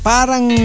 Parang